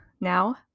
Now